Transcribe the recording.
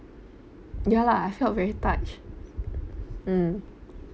ya lah I felt very touched mm